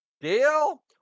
Deal